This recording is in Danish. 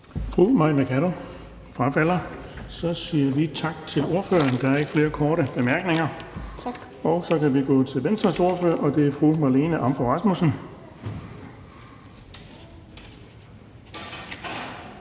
Fru Mai Mercado? Frafalder. Så siger vi tak til ordføreren. Der er ikke flere korte bemærkninger. Vi kan gå til Venstres ordfører, og det er fru Marlene Ambo-Rasmussen.